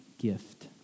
gift